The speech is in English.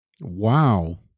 Wow